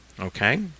Okay